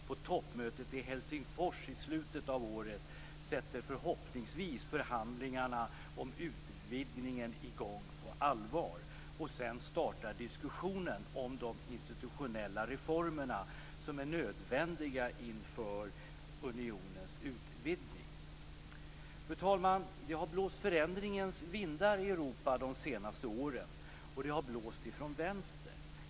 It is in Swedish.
På toppmötet i Helsingfors i slutet av året sätter förhoppningsvis förhandlingarna om utvidgningen i gång på allvar, och sedan startar diskussionen om de institutionella reformer som är nödvändiga inför unionens utvidgning. Fru talman! Det har blåst förändringens vindar i Europa de senaste åren, och det har blåst ifrån vänster.